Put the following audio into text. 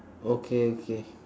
okay okay